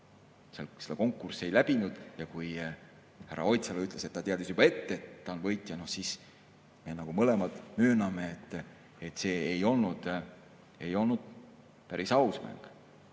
seda konkurssi ei läbinud. Kui härra Oidsalu ütles, et ta teadis juba ette, et ta on võitja, siis me mõlemad mööname, et see ei olnud päris aus mäng.